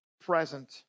present